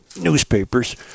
newspapers